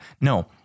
No